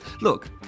Look